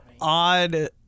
odd